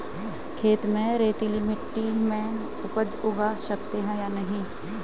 खेत में रेतीली मिटी में उपज उगा सकते हैं या नहीं?